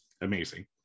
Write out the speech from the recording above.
amazing